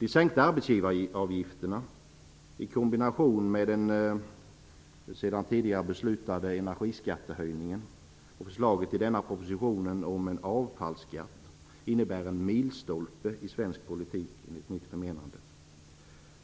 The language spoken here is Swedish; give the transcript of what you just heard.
De sänkta arbetsgivaravgifterna i kombination med de sedan tidigare beslutade energiskattehöjningarna och förslaget i denna proposition om en avfallsskatt innebär en milstolpe i svensk politik, enligt mitt förmenande.